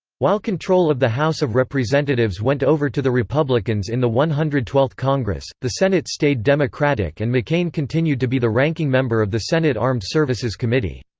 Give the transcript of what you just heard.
while control of the house of representatives went over to the republicans in the one hundred and twelfth congress, the senate stayed democratic and mccain continued to be the ranking member of the senate armed services committee.